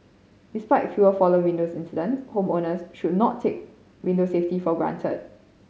despite fewer fallen windows incidents homeowners should not take window safety for granted